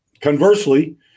Conversely